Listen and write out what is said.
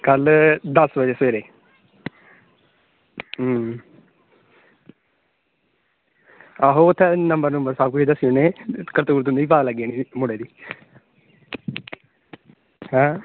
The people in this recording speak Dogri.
कल दस बज़े सवेरे हां आहो उत्थें नंबर नुबर सब किश दस्सी ओड़नें करतूकत तुंदे लग्गी जानी मुड़े दी हां